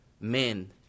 men